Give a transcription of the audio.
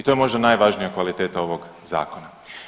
I to je možda najvažnija kvaliteta ovog zakona.